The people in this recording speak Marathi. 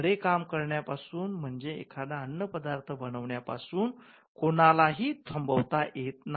खरे काम करण्यापासून म्हणजेच एखादा अन्न पदार्थ बनवण्या पासून कुणालाही थांबवता येत नाही